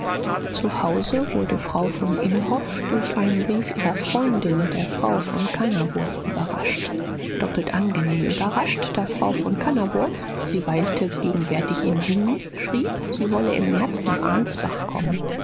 zu hause wurde frau von imhoff durch einen brief ihrer freundin der frau von kannawurf überrascht doppelt angenehm überrascht da frau von kannawurf sie weilte gegenwärtig in wien schrieb sie wolle im märz nach ansbach kommen